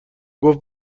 گفت